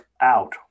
out